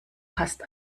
passt